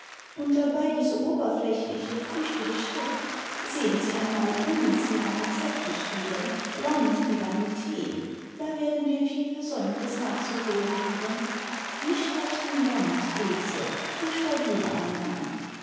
und dabei diese oberflächliche flüchtige schrift sehen sie einmal uns mit einem z geschrieben land mit einem t da werden wir viel versäumtes nachzuholen haben wie schreibst du land ilse buchstabiere einmal